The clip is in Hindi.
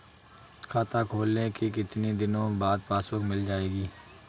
खाता खोलने के कितनी दिनो बाद पासबुक मिल जाएगी?